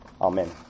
Amen